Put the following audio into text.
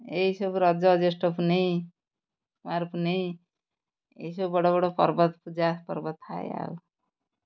ଏଇସବୁ ରଜ ଜ୍ୟେଷ୍ଠ ପୁନେଇଁ କୁଆର ପୁନେଇଁ ଏଇସବୁ ବଡ଼ ବଡ଼ ପର୍ବ ପୂଜା ପର୍ବ ଥାଏ ଆଉ